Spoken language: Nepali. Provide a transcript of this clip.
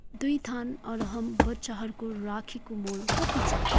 दुई थान अरहम बच्चाहरूको राखीको मूल्य कति छ